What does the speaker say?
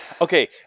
Okay